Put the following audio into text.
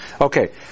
Okay